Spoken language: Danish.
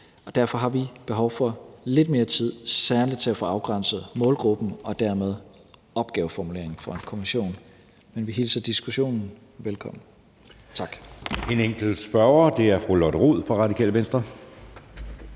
derfor har vi behov for lidt mere tid, særlig til at få afgrænset målgruppen og dermed opgaveformuleringen for en kommission. Men vi hilser diskussionen velkommen. Tak.